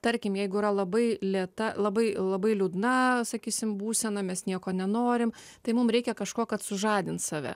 tarkim jeigu yra labai lėta labai labai liūdna sakysim būsena mes nieko nenorim tai mum reikia kažko kad sužadint save